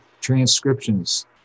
transcriptions